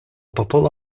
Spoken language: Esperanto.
popolo